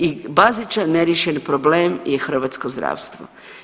I bazičan neriješen problem je hrvatsko zdravstvo.